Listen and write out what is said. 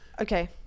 okay